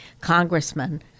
congressman